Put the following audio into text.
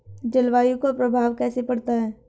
जलवायु का प्रभाव कैसे पड़ता है?